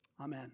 Amen